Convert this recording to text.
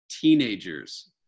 teenagers